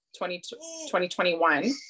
2021